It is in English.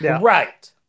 Right